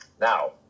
now